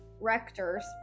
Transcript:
rectors